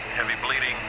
heavy bleeding.